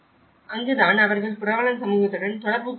அங்குதான் அவர்கள் புரவலன் சமூகத்துடன் தொடர்பு கொள்கிறார்கள்